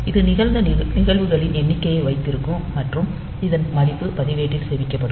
இது நிகழ்ந்த நிகழ்வுகளின் எண்ணிக்கையை வைத்திருக்கும் மற்றும் இதன் மதிப்பு பதிவேட்டில் சேமிக்கப்படும்